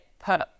put